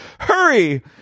Hurry